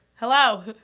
Hello